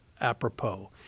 apropos